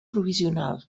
provisional